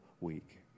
week